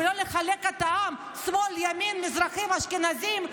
ולא לחלק את העם לשמאל ולימין, למזרחים ולאשכנזים.